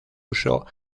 uso